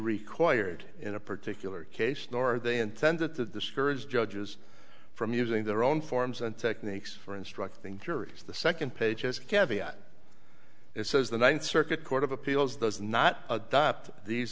required in a particular case nor are they intended to discourage judges from using their own forms and techniques for instructing juries the second page is kaviak it says the ninth circuit court of appeals does not adopt these